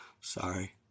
Sorry